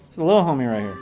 little homie right